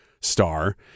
star